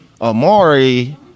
Amari